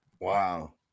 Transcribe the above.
Wow